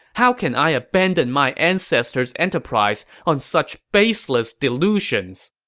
how can i abandon my ancestors' enterprise on such baseless delusions?